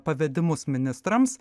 pavedimus ministrams